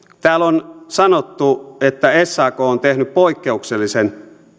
täällä on sanottu että sak on tehnyt poikkeuksellisen